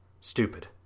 Stupid